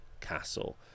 castle